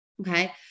Okay